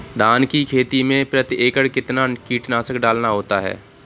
धान की खेती में प्रति एकड़ कितना कीटनाशक डालना होता है?